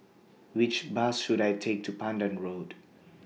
Which Bus should I Take to Pandan Road